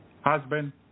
husband